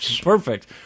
Perfect